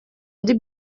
ari